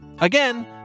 Again